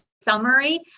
summary